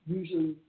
usually